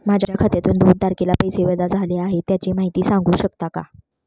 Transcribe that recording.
माझ्या खात्यातून दोन तारखेला पैसे वजा झाले आहेत त्याची माहिती सांगू शकता का?